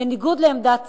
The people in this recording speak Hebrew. בניגוד לעמדת צה"ל,